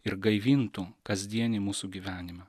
ir gaivintų kasdienį mūsų gyvenimą